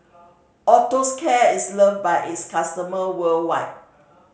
Osteocare is loved by its customer worldwide